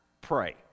pray